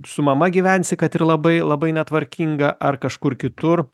su mama gyvensi kad ir labai labai netvarkinga ar kažkur kitur